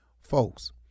Folks